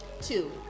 two